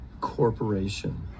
corporation